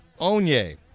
Onye